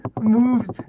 moves